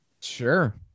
Sure